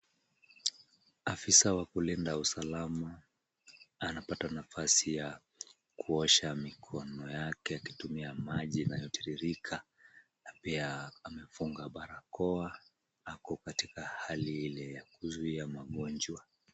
Afisa wa kulinda usalama anapata nafasi ya kuosha mikono yake akitumia maji inayotiririka na pia amefunga barakoa. Ako katika hali ile ya kuzuia magonjwa.